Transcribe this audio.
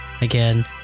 Again